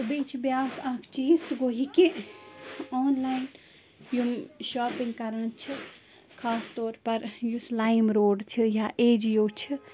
تہٕ بیٚیہِ چھِ بیاکھ اَکھ چیٖز سُہ گوٚو یہِ کہِ آن لایِن یِم شاپِنٛگ کران چھِ خاص طور پر یُس لایِم روڈ چھِ یا اے جیو چھِ